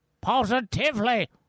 positively